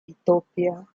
ethiopia